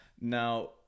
Now